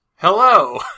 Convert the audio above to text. Hello